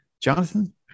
Jonathan